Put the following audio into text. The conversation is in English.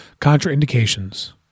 Contraindications